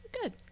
Good